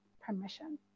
permission